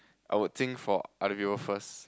I would think for other people first